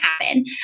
happen